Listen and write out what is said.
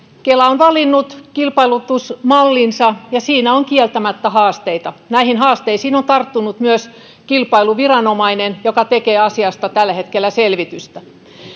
kela on valinnut kilpailutusmallinsa ja siinä on kieltämättä haasteita näihin haasteisiin on tarttunut myös kilpailuviranomainen joka tekee asiasta tällä hetkellä selvitystä